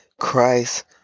Christ